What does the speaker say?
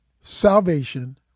Salvation